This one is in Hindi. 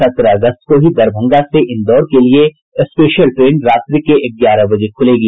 सत्रह अगस्त को ही दरभंगा से इंदौर के लिए स्पेशल ट्रेन रात्रि के ग्यारह बजे खुलेगी